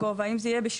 אם זה יהיה בבנייה לגובה,